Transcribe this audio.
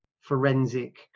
forensic